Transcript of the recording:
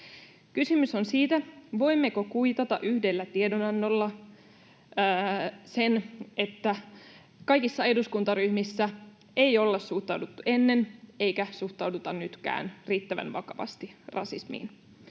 Kysymys on siitä, voimmeko kuitata yhdellä tiedonannolla sen, että kaikissa eduskuntaryhmissä ei olla suhtauduttu ennen eikä suhtauduta nytkään riittävän vakavasti rasismiin.